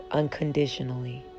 unconditionally